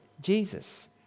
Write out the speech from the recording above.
Jesus